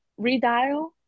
redial